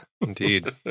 indeed